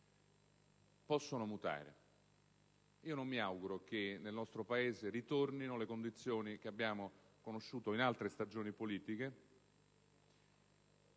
possono mutare. Non mi auguro che nel nostro Paese ritornino le condizioni che abbiamo conosciuto in altre stagioni politiche